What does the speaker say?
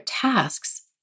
tasks